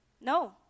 No